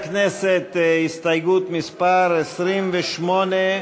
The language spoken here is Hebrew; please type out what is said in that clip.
ההסתייגות (28)